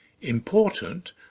important